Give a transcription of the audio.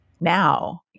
now